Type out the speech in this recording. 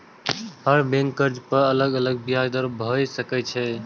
हर बैंकक कर्ज पर अलग अलग ब्याज दर भए सकै छै